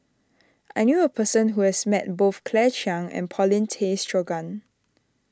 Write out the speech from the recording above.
I knew a person who has met both Claire Chiang and Paulin Tay Straughan